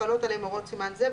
וחלות עליהם הוראות סימן זה,